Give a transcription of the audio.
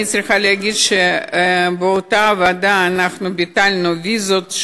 אני צריכה להגיד שבאותה ועדה אנחנו ביטלנו את הוויזות,